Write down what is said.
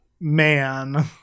man